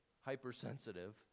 hypersensitive